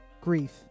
Grief